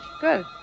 Good